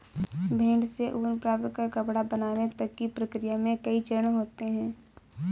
भेड़ से ऊन प्राप्त कर कपड़ा बनाने तक की प्रक्रिया में कई चरण होते हैं